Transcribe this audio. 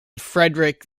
frederick